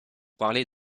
parlait